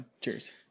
cheers